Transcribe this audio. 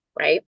Right